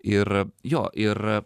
ir jo ir